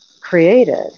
created